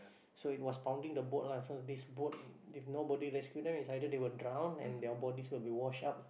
so it was pounding the boat lah so this boat if nobody rescue them it's either they will drown or their bodies will be washed up